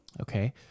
Okay